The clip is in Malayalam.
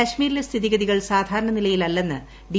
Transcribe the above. കാശ്മീരിലെ സ്ഥിതിഗതികൾ സാധാരണ നിലയിൽ അല്ലെന്ന് ഡി